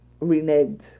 reneged